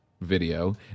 video